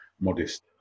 modest